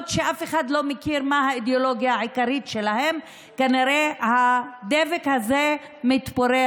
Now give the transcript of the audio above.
שאף אחד לא מכיר מה האידיאולוגיה העיקרית שלהן כנראה הדבק הזה מתפורר,